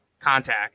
contact